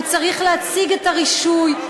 הוא צריך להציג את הרישיון,